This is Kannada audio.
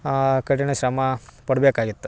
ಆ ಕಠಿಣ ಶ್ರಮ ಪಡ್ಬೇಕಾಗಿತ್ತು